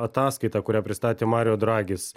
ataskaitą kurią pristatė mario dragis